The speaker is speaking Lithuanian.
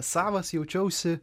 savas jaučiausi